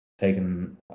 Taken